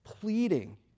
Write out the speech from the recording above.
pleading